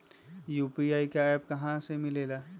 UPI का app कहा से मिलेला?